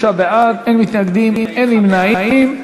33 בעד, אין מתנגדים, אין נמנעים.